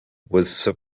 was